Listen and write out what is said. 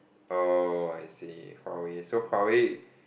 oh I see Huawei so Huawei